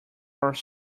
are